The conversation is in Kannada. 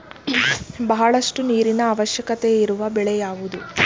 ಬಹಳಷ್ಟು ನೀರಿನ ಅವಶ್ಯಕವಿರುವ ಬೆಳೆ ಯಾವುವು?